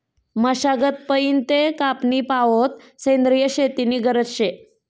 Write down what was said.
मशागत पयीन ते कापनी पावोत सेंद्रिय शेती नी गरज शे